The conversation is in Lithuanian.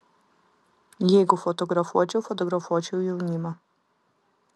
jeigu fotografuočiau fotografuočiau jaunimą